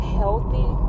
healthy